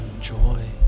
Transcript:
joy